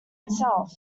itself